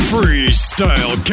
Freestyle